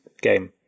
game